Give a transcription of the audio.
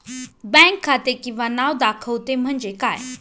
Bank खाते किंवा नाव दाखवते म्हणजे काय?